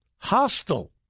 hostile